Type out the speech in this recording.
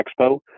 Expo